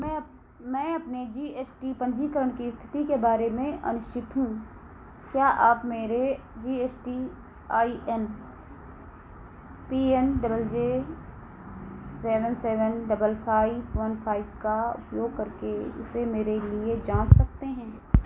मैं अप मैं अपने जी एस टी पंजीकरण की स्थिति के बारे में अनिश्चित हूँ क्या आप मेरे G S T I N P N double J seven seven double five one five का उपयोग करके इसे मेरे लिए जाँच सकते हैं